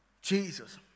Jesus